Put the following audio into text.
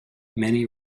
many